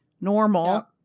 normal